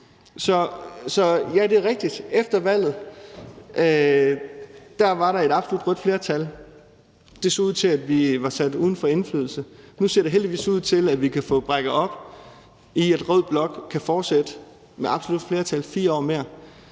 Så ja, det er rigtigt, at der efter valget var et absolut rødt flertal. Det så ud til, at vi var sat uden for indflydelse; nu ser det heldigvis ud til, at vi kan få brudt det op, altså at rød blok kan fortsætte med absolut flertal 4 år mere.